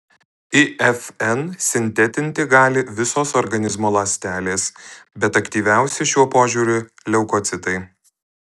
ifn sintetinti gali visos organizmo ląstelės bet aktyviausi šiuo požiūriu leukocitai